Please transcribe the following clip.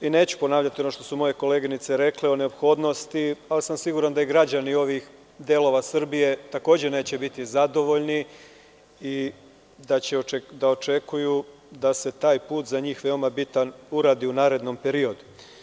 Neću ponavljati ono što su moje koleginice rekle o neophodnosti, ali sam siguran da i građani ovih delova Srbije takođe neće biti zadovoljni i da očekuju da se taj put, veoma bitan, uradi u narednom periodu.